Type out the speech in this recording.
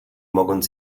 mogąc